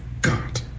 God